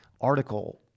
article